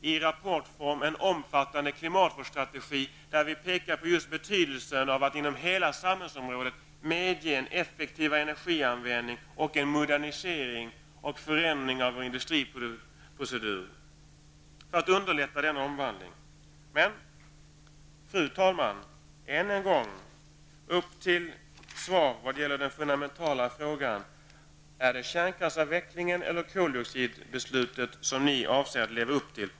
I en omfattande klimatvårdsstrategi pekar vi på betydelsen av att inom hela samhällsområdet medge en effektivare energianvändning samt en modernisering och förändring av industriproceduren för att underlätta denna omvandling. Fru talman! Än en gång ber jag om ett svar på den fundamentala frågan: Är det kärnkraftsavvecklingen eller koldioxidbeslutet som ni avser att leva upp till?